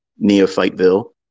neophyteville